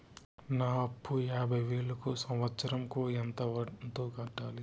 నా అప్పు యాభై వేలు కు సంవత్సరం కు ఎంత కంతు కట్టాలి?